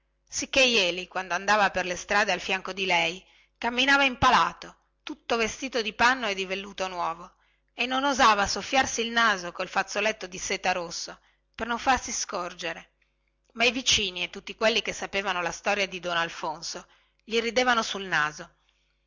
sicchè jeli quando andava per le strade al fianco di lei camminava impalato tutto vestito di panno e di velluto nuovo e non osava soffiarsi il naso col fazzoletto di seta rosso per non farsi scorgere e i vicini e tutti quelli che sapevano la storia di don alfonso gli ridevano sul naso